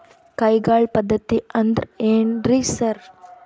ಕೈಗಾಳ್ ಪದ್ಧತಿ ಅಂದ್ರ್ ಏನ್ರಿ ಸರ್?